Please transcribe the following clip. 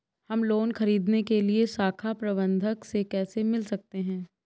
हम लोन ख़रीदने के लिए शाखा प्रबंधक से कैसे मिल सकते हैं?